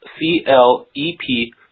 C-L-E-P